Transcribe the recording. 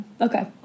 okay